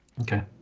Okay